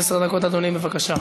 עשר דקות, אדוני, בבקשה.